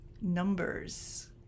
numbers